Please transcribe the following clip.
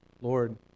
Lord